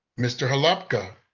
mr. holupka?